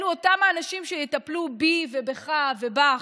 אלו אותם האנשים שיטפלו בי ובך ובך,